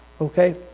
Okay